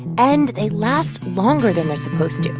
and they last longer than they're supposed to